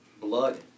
blood